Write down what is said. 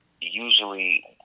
usually